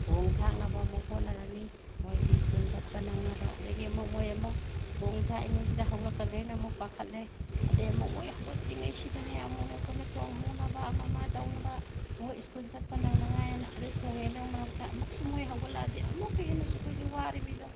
ꯊꯣꯡ ꯊꯛꯅꯕ ꯑꯃꯨꯛ ꯍꯣꯠꯅꯔꯅꯤ ꯃꯣꯏꯒꯤ ꯏꯁꯀꯨꯟ ꯆꯠꯄ ꯅꯪꯅꯕ ꯑꯗꯒꯤ ꯑꯃꯨꯛ ꯃꯣꯏ ꯑꯃꯨꯛ ꯊꯣꯡ ꯊꯥꯛꯏꯉꯩꯁꯤꯗ ꯍꯧꯔꯛꯀꯗ꯭ꯔꯥ ꯍꯥꯏꯅ ꯑꯃꯨꯛ ꯄꯥꯈꯠꯂꯦ ꯑꯗꯩ ꯑꯃꯨꯛ ꯃꯣꯏ ꯍꯧꯒꯠꯇ꯭ꯔꯤꯉꯩꯁꯤꯗꯅꯦ ꯑꯃꯨꯛꯅꯦ ꯑꯩꯈꯣꯏꯅ ꯊꯣꯡꯍꯧꯅꯕ ꯑꯃ ꯑꯃ ꯇꯧꯅꯕ ꯃꯈꯣꯏ ꯏꯁꯀꯨꯟ ꯆꯠꯄ ꯅꯪꯅꯉꯥꯏ ꯍꯥꯏꯅ ꯑꯗꯩ ꯊꯣꯉꯦꯗꯅ ꯃꯔꯛ ꯃꯔꯛꯇ ꯑꯃꯨꯛꯁꯨ ꯃꯣꯏ ꯍꯧꯒꯠꯂꯛꯑꯗꯤ ꯑꯃꯨꯛꯀ ꯍꯦꯟꯅꯁꯨ ꯑꯩꯈꯣꯏꯁꯤ ꯋꯥꯔꯤꯃꯤꯗꯣ